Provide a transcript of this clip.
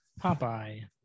Popeye